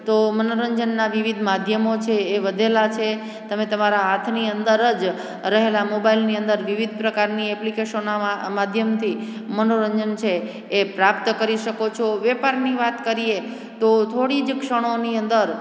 તો મનોરંજનના વિવિધ માધ્યમો છે એ વધેલા છે તમે તમારા હાથની અંદર જ રહેલા મોબાઈલની અંદર વિવિધ પ્રકારની એપ્લિકેશનના માધ્યમથી મનોરંજન છે એ પ્રાપ્ત કરી શકો છો વેપારની વાત કરીએ તો થોડી જ ક્ષણોની અંદર